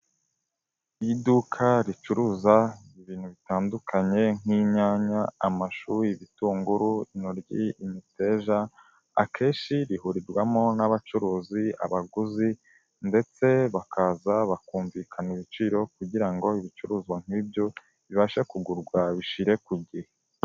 Ni iduka ricuruza ibintu bitandukanye nk'inyanya, amashu, ibitunguru, intoryi, imiteja akenshi rihurirwamo n'abacuruzi, abaguzi ndetse bakaza bakumvikana ibiciro kugira ngo ibicuruzwa nk'ibyo, bibashe kugurwa bishire ku gihe.